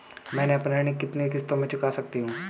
मैं अपना ऋण कितनी किश्तों में चुका सकती हूँ?